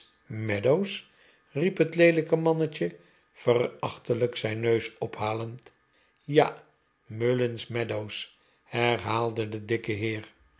mullins meadows riep het leelijke mannetje verachtelijk zijn neus ophalend ja mullins meadows herhaalde de dikke heer